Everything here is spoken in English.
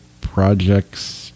projects